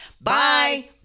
Bye